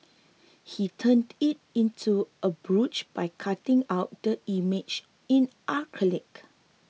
he turned it into a brooch by cutting out the image in acrylic